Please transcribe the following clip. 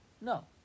No